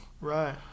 Right